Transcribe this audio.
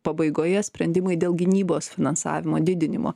pabaigoje sprendimai dėl gynybos finansavimo didinimo